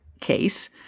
case